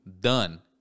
done